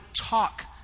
talk